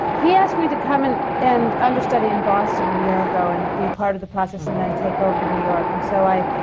he asked me to come and. and understudy in boston a year ago and be a part of the process and then take over in new york. and so i.